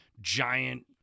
giant